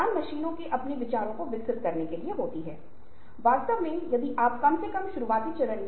तैयार करने की इच्छा हासिल करें इसका मतलब है कि हमें तैयार रहना चाहिए